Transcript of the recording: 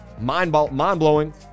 Mind-blowing